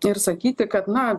ir sakyti kad na